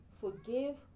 Forgive